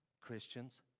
Christians